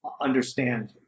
understand